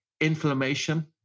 Inflammation